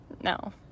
No